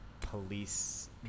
police